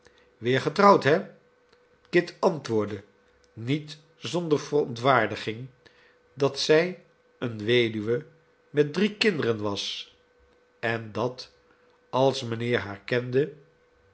weer getrouwd he kit antwoordde niet zonder verontwaardiging dat zij eene weduwe met drie kinderen was en dat als mijnheer